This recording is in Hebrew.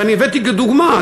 ואני הבאתי כדוגמה.